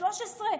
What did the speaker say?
13?